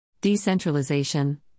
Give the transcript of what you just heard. Decentralization